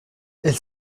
elle